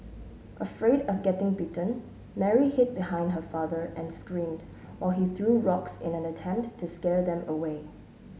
afraid of getting bitten Mary hid behind her father and screamed while he threw rocks in an attempt to scare them away